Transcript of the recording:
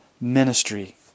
ministry